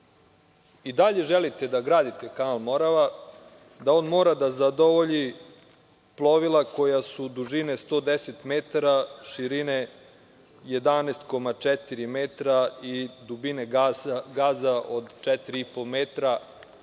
i dalje želite da gradite kanal „Morava“, da on mora da zadovolji plovila koja su dužine 110 metara, širine 11,4 metra i dubine gaza od 4,5 metra